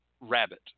Rabbit